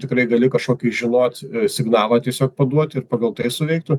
tikrai gali kažkokį žinoti signalą tiesiog paduoti ir pagal tai suveiktų